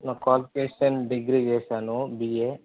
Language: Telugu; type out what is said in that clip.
నా క్వాలిఫికేషన్ డిగ్రీ చేశాను బిఏ